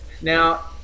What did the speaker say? Now